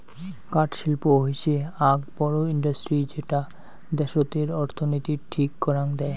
কাঠ শিল্প হৈসে আক বড় ইন্ডাস্ট্রি যেটা দ্যাশতের অর্থনীতির ঠিক করাং দেয়